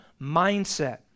mindset